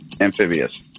Amphibious